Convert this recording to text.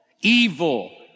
evil